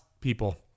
people